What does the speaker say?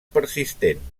persistent